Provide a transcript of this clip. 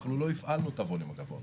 אנחנו לא הפעלנו את הווליום הגבוה ביותר,